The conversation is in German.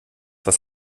was